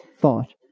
thought